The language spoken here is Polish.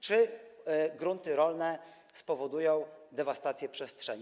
Czy grunty rolne spowodują dewastację przestrzeni?